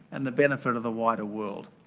and the benefit of the wider world.